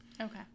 Okay